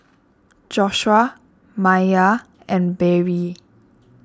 Joshuah Maiya and Barrie